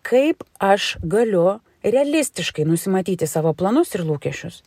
kaip aš galiu realistiškai nusimatyti savo planus ir lūkesčius